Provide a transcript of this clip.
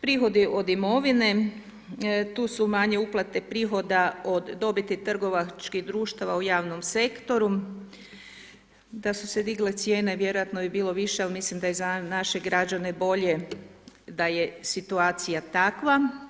Prihodi od imovine, tu su manje uplate prihoda od dobiti trgovačkih društava u javnom sektoru, da su se digle cijene vjerojatno bi bilo više, ali mislim da je za naše građane bolje da je situacija takva.